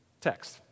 text